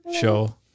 show